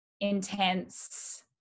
intense